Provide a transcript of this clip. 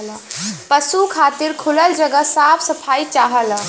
पसु खातिर खुलल जगह साफ सफाई चाहला